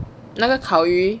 那个烤鱼